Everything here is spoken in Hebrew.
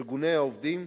ארגוני העובדים,